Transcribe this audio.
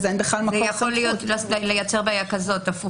אין בכלל מקום- -- זה יכול לייצר בעיה הפוכה,